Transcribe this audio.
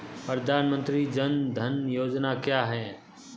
प्रधानमंत्री जन धन योजना क्या है?